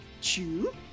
Two